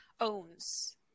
owns